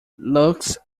looks